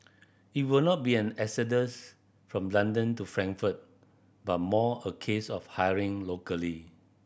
it will not be an exodus from London to Frankfurt but more a case of hiring locally